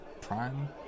Prime